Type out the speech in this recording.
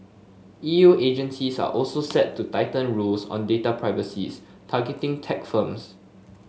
E U agencies are also set to tighten rules on data privacy's targeting tech firms